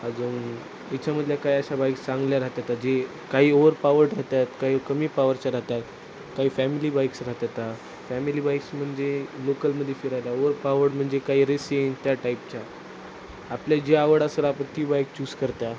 अजून याच्यामधल्या काही अशा बाईक्स चांगल्या राहतात जे काही ओवरपावर्ड राहतात काही कमी पॉवरच्या राहतात काही फॅमिली बाईक्स राहतात फॅमिली बाईक्स म्हणजे लोकलमध्ये फिरायला ओवरपावर्ड म्हणजे काही रेसिंग त्या टाईपच्या आपले जी आवड असेल आपण ती बाईक चूस करतात